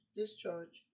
discharge